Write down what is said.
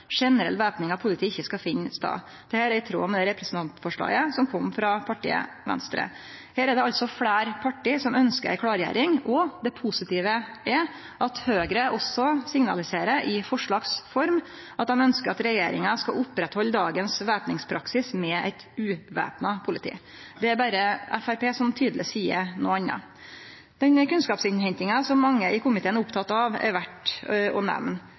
generell væpning av politiet ikkje skal finne stad. Dette er i tråd med det representantforslaget som kom frå partiet Venstre. Her er det altså fleire parti som ønskjer ei klårgjering, og det positive er at også Høgre signaliserer i forslags form at dei ønskjer at regjeringa skal oppretthalde dagens væpningspraksis med eit uvæpna politi. Det er berre Framstegspartiet som tydeleg seier noko anna. Den kunnskapsinnhentinga som mange i komiteen er opptekne av, er verdt å nemne.